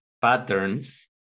patterns